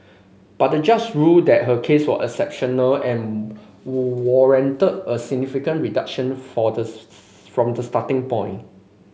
but the judge ruled that her case was exceptional and warranted a significant reduction from the starting point